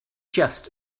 just